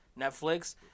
Netflix